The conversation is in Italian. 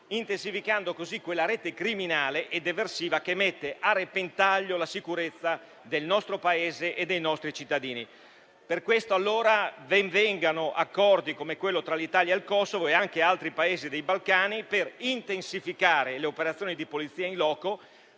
intensificando così quella rete criminale ed eversiva che mette a repentaglio la sicurezza del nostro Paese e dei nostri cittadini. Per queste ragioni, ben vengano accordi come quello tra l'Italia e il Kosovo e anche altri Paesi dei Balcani per intensificare le operazioni di polizia *in loco*.